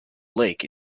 lake